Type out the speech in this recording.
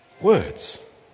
Words